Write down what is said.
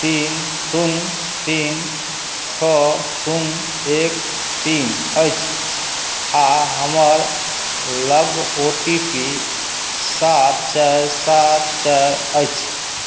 तीन शून्य तीन छओ शून्य एक तीन अछि आ हमर लग ओ टी पी सात चारि सात चारि अछि